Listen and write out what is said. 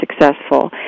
successful